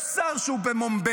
יש שר שהוא במומביי.